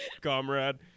comrade